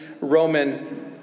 Roman